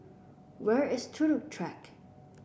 where is Turut Track